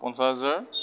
পঞ্চাছ হেজাৰ